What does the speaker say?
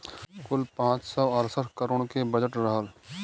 कुल पाँच सौ अड़सठ करोड़ के बजट रहल